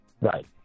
Right